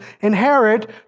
inherit